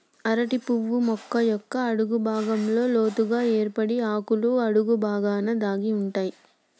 అరటి పువ్వులు మొక్క యొక్క అడుగు భాగంలో లోతుగ ఏర్పడి ఆకుల అడుగు బాగాన దాగి ఉంటాయి